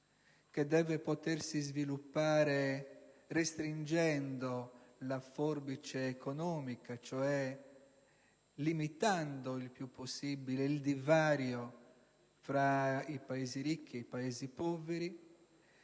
e deve potersi sviluppare restringendo la forbice economica, cioè limitando il più possibile il divario tra i Paesi ricchi e i Paesi poveri,